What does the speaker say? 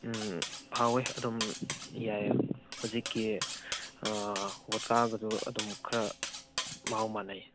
ꯎꯝ ꯍꯥꯎꯌꯦ ꯑꯗꯨꯝ ꯌꯥꯏꯌꯦ ꯍꯧꯖꯤꯛꯀꯤ ꯕꯣꯠꯀꯥꯒꯗꯨ ꯑꯗꯨꯝ ꯈꯔ ꯃꯍꯥꯎ ꯃꯥꯟꯅꯩꯌꯦ